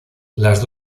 las